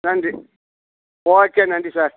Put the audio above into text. நன்றி ஓகே நன்றி சார்